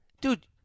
dude